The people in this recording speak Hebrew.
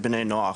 בני נוער.